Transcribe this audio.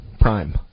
Prime